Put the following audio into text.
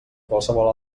qualsevol